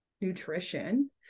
nutrition